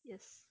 yes